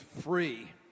free